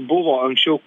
buvo anksčiau